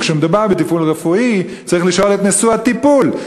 וכשמדובר בטיפול רפואי צריך לשאול את נשוא הטיפול,